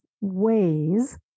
ways